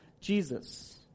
jesus